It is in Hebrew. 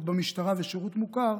(שירות במשטרה ושירות מוכר)